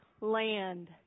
land